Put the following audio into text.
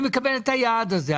אני מקבל את היעד הזה.